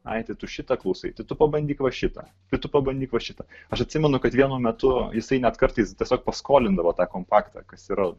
ai tai tu šitą klausai tai tu pabandyk va šitą tai tu pabandyk va šitą aš atsimenu kad vienu metu jisai net kartais tiesiog paskolindavo tą kompaktą kas yra